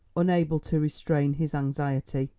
unable to restrain his anxiety.